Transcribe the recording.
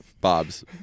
Bob's